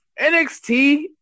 NXT